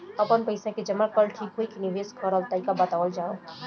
आपन पइसा के जमा कइल ठीक होई की निवेस कइल तइका बतावल जाई?